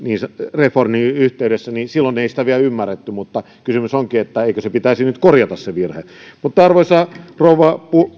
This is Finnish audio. reformin yhteydessä ei sitä vielä ymmärretty mutta kysymys onkin että eikö se virhe pitäisi nyt korjata arvoisa rouva